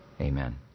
Amen